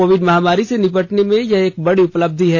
Covid महामारी से निपटने में यह एक बड़ी उपलब्धि है